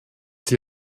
die